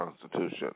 Constitution